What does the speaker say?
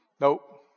Nope